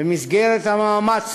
במסגרת המאמץ